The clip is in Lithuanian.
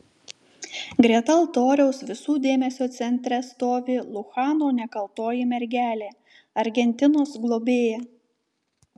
greta altoriaus visų dėmesio centre stovi luchano nekaltoji mergelė argentinos globėja